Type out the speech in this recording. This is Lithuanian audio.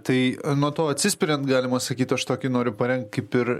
tai nuo to atsispiriant galima sakyt aš tokį noriu parengt kaip ir